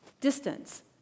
Distance